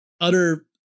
utter